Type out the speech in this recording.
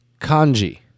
kanji